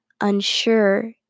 unsure